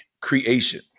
creation